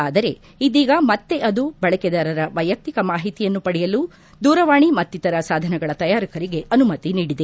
ಆದರೆ ಇದೀಗ ಮತ್ತೆ ಅದು ಬಳಕೆದಾರರ ವೈಯಕ್ತಿಕ ಮಾಹಿತಿಯನ್ನು ಪಡೆಯಲು ದೂರವಾಣಿ ಮತ್ತಿತರ ಸಾಧನಗಳ ತಯಾರಕರಿಗೆ ಅನುಮತಿ ನೀಡಿದೆ